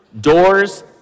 Doors